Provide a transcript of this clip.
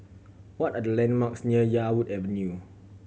what are the landmarks near Yarwood Avenue